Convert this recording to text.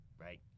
right